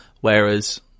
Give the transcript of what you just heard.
whereas